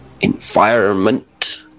environment